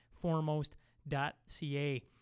foremost.ca